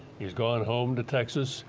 he's gone home to texas.